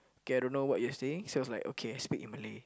okay I don't know what you're saying so I was like okay speak in Malay